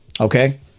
Okay